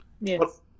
Yes